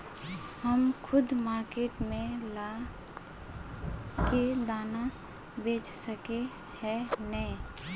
हम खुद मार्केट में ला के दाना बेच सके है नय?